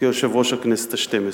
כיושב-ראש הכנסת השתים-עשרה.